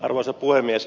arvoisa puhemies